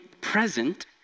present